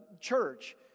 church